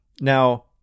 Now